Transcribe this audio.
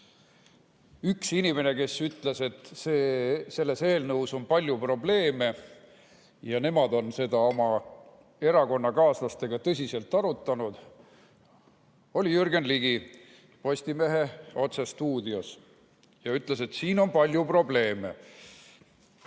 Üks inimene, kes ütles, et selles eelnõus on palju probleeme ja nemad on seda oma erakonnakaaslastega tõsiselt arutanud, oli Jürgen Ligi Postimehe otsestuudios. Ta ütles, et siin on palju probleeme.